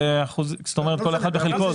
כל אחד בחלקו,